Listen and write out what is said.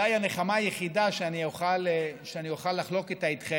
ולא יקבלו אותו: לא אלה שעברו את ועדת הזכאות